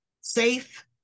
safe